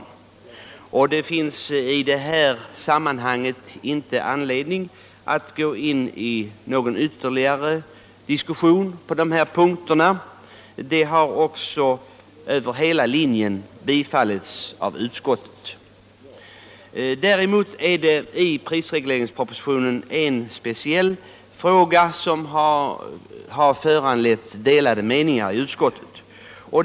Det finns här inte någon anledning att gå in i ytterligare diskussion på dessa punkter; propositionens förslag har över hela linjen tillstyrkts av utskottet. Däremot har en speciell fråga i prisregleringspropositionen föranlett delade meningar inom utskottet.